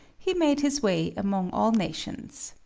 he made his way among all nations.